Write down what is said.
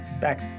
Back